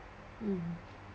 mm